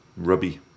Rubby